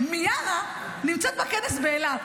מיארה נמצאת בכנס באילת.